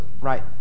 right